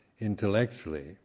intellectually